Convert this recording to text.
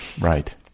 Right